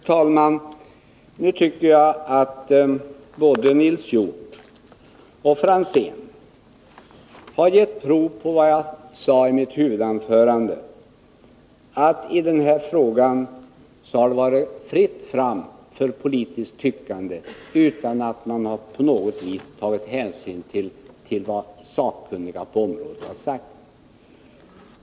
Fru talman! Nu tycker jag att både Nils Hjorth och Tommy Franzén har gett prov på vad jag sade i mitt huvudanförande, nämligen att det i den här frågan har varit fritt fram för politiskt tyckande utan att man på något vis har tagit hänsyn till vad sakkunniga på området har sagt.